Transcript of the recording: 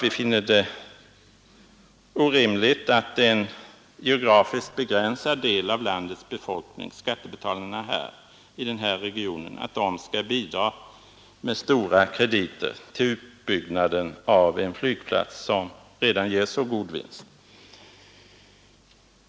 Vi finner det orimligt att skattebetalarna i denna geografiskt begränsade del av landet skall bidra med stora krediter till utbyggnaden av en flygplats, som redan ger så god vinst.